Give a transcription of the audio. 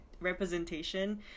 representation